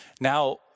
Now